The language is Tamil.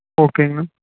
ஓகேங்கண்ணா